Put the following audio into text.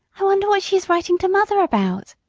i wonder what she is writing to mother about.